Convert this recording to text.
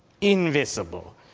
invisible